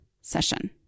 session